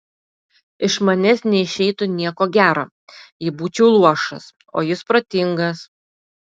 iš manęs neišeitų nieko gero jei būčiau luošas o jis protingas